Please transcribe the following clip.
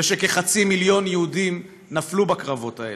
וכחצי מיליון יהודים נפלו בקרבות האלה.